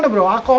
and rely